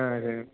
ஆ சரி